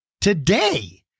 Today